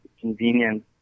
convenience